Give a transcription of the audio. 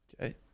Okay